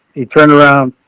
he turned around,